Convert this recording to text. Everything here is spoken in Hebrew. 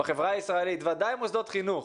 בחברה הישראלית, בוודאי מוסדות חינוך,